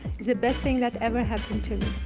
it's the best thing that ever happened to me.